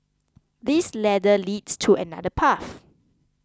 this ladder leads to another path